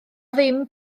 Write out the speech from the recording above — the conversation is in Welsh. ddim